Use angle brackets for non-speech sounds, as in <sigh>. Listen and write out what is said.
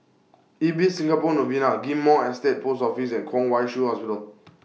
Ibis Singapore Novena Ghim Moh Estate Post Office and Kwong Wai Shiu Hospital <noise>